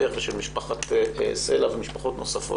לחסוך, משאבים לפרקליטות על חשבון פגיעה בקורבנות?